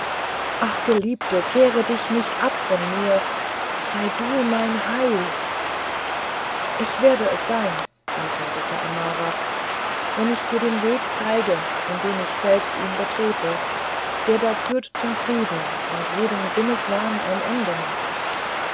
ach geliebte kehr dich nicht ab von mir sei du mein heil ich werde es sein antwortete amara wenn ich dir den weg zeige indem ich ihn selbst betrete der da führt zum frieden und jedem sinnenwahn ein ende macht